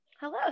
Hello